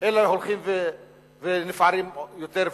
אלא הולכים ונפערים יותר ויותר.